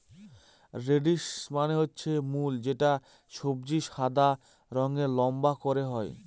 radish মানে হচ্ছে মূল যে সবজি সাদা রঙের লম্বা করে হয়